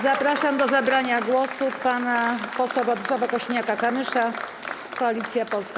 Zapraszam do zabrania głosu pana posła Władysława Kosiniaka-Kamysza, Koalicja Polska.